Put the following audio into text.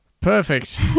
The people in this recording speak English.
Perfect